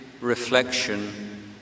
reflection